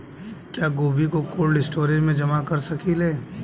क्या गोभी को कोल्ड स्टोरेज में जमा कर सकिले?